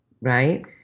right